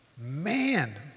Man